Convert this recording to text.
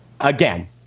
Again